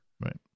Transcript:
Right